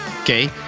Okay